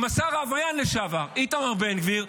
עם השר העבריין לשעבר איתמר בן גביר,